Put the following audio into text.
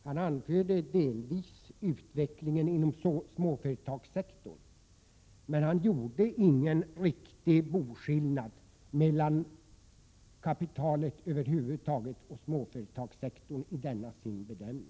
Han anförde delvis utvecklingen inom småföretagssektorn, men han gjorde inte någon riktig boskillnad mellan kapitalet över huvud taget och småföretagssektorn i denna sin bedömning.